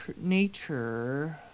Nature